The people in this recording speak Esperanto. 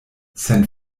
sen